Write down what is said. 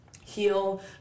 Heal